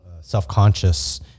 self-conscious